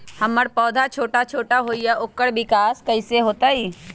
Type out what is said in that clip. हमर पौधा छोटा छोटा होईया ओकर विकास कईसे होतई?